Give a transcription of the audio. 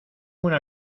una